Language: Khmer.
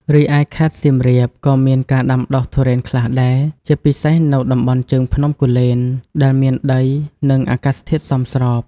រីឯខេត្តសៀមរាប ក៏មានការដាំដុះទុរេនខ្លះដែរ ជាពិសេសនៅតំបន់ជើងភ្នំគូលែន ដែលមានដី និងអាកាសធាតុសមស្រប។